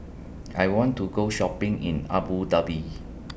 I want to Go Shopping in Abu Dhabi